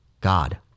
God